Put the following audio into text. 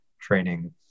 training